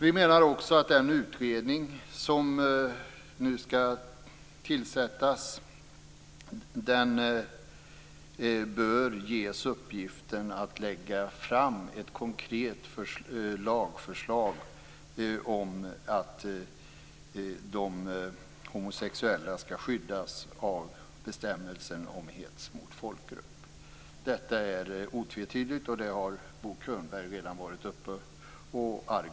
Vi menar att den utredning som skall tillsättas bör ges uppgiften att lägga fram ett konkret lagförslag om att de homosexuella skall skyddas av bestämmelsen om hets mot folkgrupp. Detta är otvetydigt. Det har Bo Könberg redan argumenterat för.